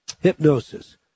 hypnosis